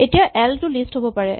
এতিয়া এল টো লিষ্ট হ'ব পাৰে